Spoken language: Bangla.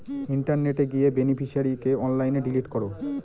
ইন্টারনেটে গিয়ে বেনিফিশিয়ারিকে অনলাইনে ডিলিট করো